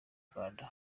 rwanda